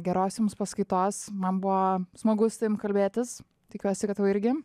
geros jums paskaitos man buvo smagu su tavim kalbėtis tikiuosi kad tau irgi